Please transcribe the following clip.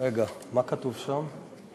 רגע, מה כתוב שם?